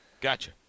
Gotcha